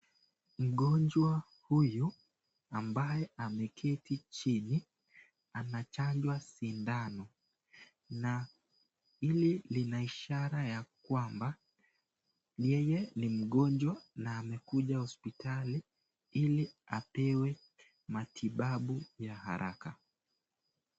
Huyu ambaye ameketi chini anachanjwa sindano na hili lina ishara ya kwamba yeye ni mgonjwa na amekuja hospitali ili apewe matibabu ya haraka.